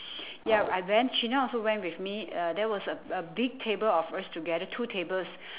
I went cinna also went with me uh there was uh a big table of us together two tables